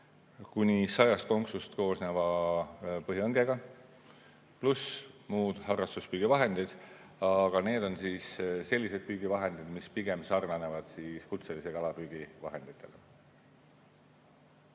kuni sajast konksust koosneva põhjaõngega, pluss muud harrastuspüügi vahendid, aga need on sellised püügivahendid, mis pigem sarnanevad kutselise kalapüügi vahenditega.